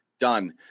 Done